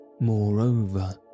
Moreover